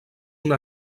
una